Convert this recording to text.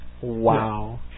wow